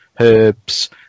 herbs